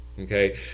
Okay